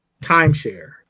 timeshare